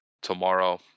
tomorrow